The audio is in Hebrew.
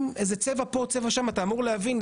איזה צבע פה או צבע שם אתה אמור להבין.